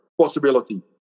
possibility